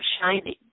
shining